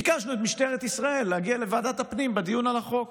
ביקשנו את משטרת ישראל להגיע לוועדת הפנים בדיון על החוק.